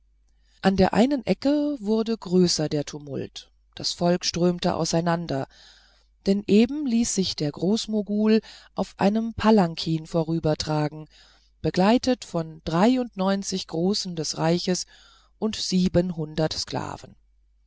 an der einen ecke wurde größer der tumult das volk strömte auseinander denn eben ließ sich der großmogul auf einem palankin vorübertragen begleitet von dreiundneunzig großen des reichs und siebenhundert sklaven